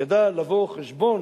ידע לבוא חשבון